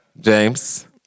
James